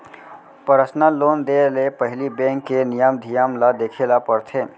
personal loan देय ले पहिली बेंक के नियम धियम ल देखे ल परथे